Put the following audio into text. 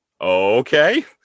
Okay